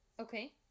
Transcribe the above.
Okay